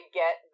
get